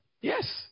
yes